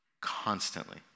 Constantly